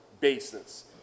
basis